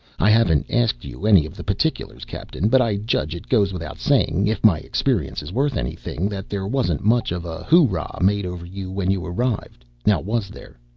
i haven't asked you any of the particulars, captain, but i judge it goes without saying if my experience is worth anything that there wasn't much of a hooraw made over you when you arrived now was there?